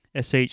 SH